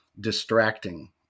distracting